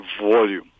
volume